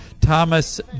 Thomas